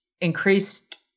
increased